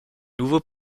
nouveaux